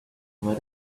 what